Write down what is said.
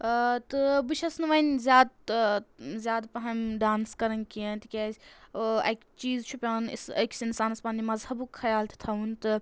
ٲں تہٕ بہٕ چھیٚس نہٕ وۄنۍ زیادٕ ٲں زیادٕ پَہَن ڈانٕس کران کیٚنٛہہ تِکیٛازِ ٲں اَکہِ چیٖزٕ چھُ پیٚوان اسہِ أکِس اِنسانَس پَننہِ مذہبُک خیال تہِ تھاوُن تہٕ